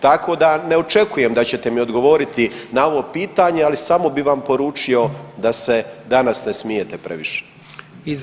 Tako da ne očekujem da ćete mi odgovoriti na ovo pitanje, ali samo bi vam poručio da se danas ne smijete previše.